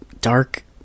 dark